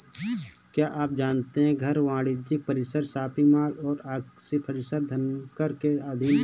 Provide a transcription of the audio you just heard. क्या आप जानते है घर, वाणिज्यिक परिसर, शॉपिंग मॉल और आवासीय परिसर धनकर के अधीन हैं?